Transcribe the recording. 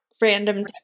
Random